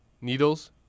needles